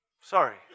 Sorry